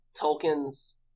Tolkien's